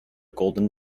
golden